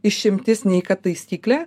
išimtis nei taisyklė